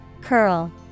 Curl